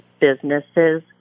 businesses